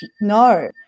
no